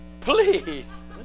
please